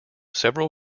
several